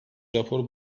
rapor